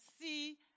see